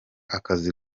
akazi